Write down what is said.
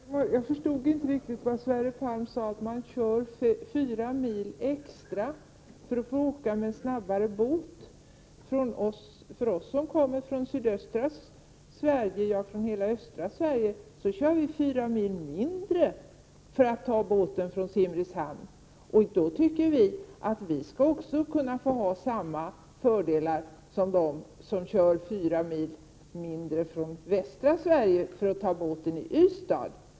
Herr talman! Jag förstår inte riktigt vad Sverre Palm menar. Han sade att man kör fyra mil extra för att få en snabbare överfart. Vi som bor i sydöstra och östra Sverige har fyra mil kortare resväg om vi väljer att ta båten från Simrishamn. Vi tycker att vi skall ha samma fördelar som de har som bor i västra Sverige och som har fyra mil kortare resväg om de väljer att ta båten från Ystad.